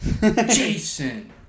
Jason